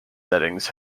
settings